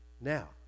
now